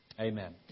Amen